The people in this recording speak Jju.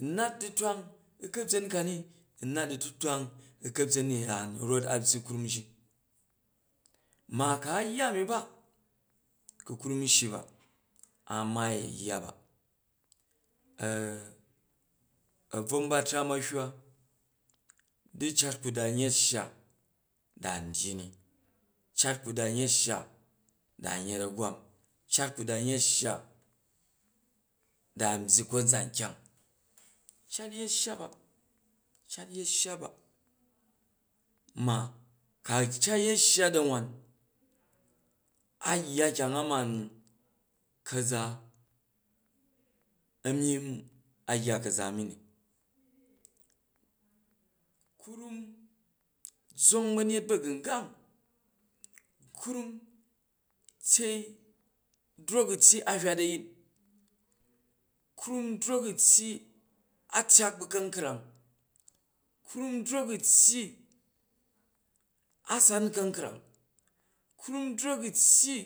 U̱ nat du̱twang n ka̱byen unat du̱tu twang u ka̱byen yani rot a̱ byyi krum ji, ma ku a̱yya a̱ mi ba, ku krum n shyi ba a̱ maai ayya ba a̱bnvom ba̱tramm a̱ hywa di cat ku̱ dan yet shya da n dyyi ni, cat ku̱ dan yet shya da nyet a̱gwam, cat ku dan yet shya da n byyi konzan kyang cat yet shya ba, cat yet shya ba ma, ka cat yet shya da̱ wan a yya kyang a ma ni ni ka̱za, myimm a yya ka̱za mi ni, krum, zzong ba̱nyet ba̱gungang, krum tyei, drok u̱ tyyi a hywat a̱yin, krum drok u̱ tyyi a tyka bu̱ kankrang, krum drok u̱ tyyi a̱ san ka̱nkrang, krum drok u tyyi